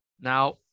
Now